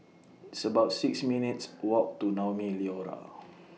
It's about six minutes' Walk to Naumi Liora